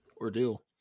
ordeal